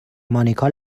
مانیکا